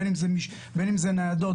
בין אם זה ניידות,